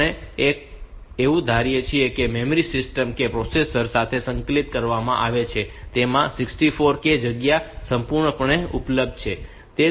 આપણે એવું ધારીએ છીએ કે મેમરી સિસ્ટમ કે જે પ્રોસેસર સાથે સંકલિત કરવામાં આવી છે તેમાં 64 k જગ્યા સંપૂર્ણપણે ઉપલબ્ધ છે